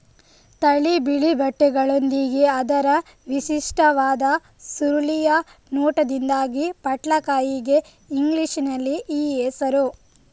ತಿಳಿ ಬಿಳಿ ಪಟ್ಟೆಗಳೊಂದಿಗೆ ಅದರ ವಿಶಿಷ್ಟವಾದ ಸುರುಳಿಯ ನೋಟದಿಂದಾಗಿ ಪಟ್ಲಕಾಯಿಗೆ ಇಂಗ್ಲಿಷಿನಲ್ಲಿ ಈ ಹೆಸರು